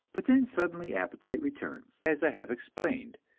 but then suddenly appetite returns, as i have explained,